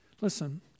Listen